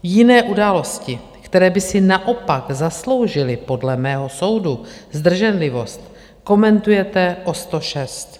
Jiné události, které by si naopak zasloužily podle mého soudu zdrženlivost, komentujete ostošest.